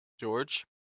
George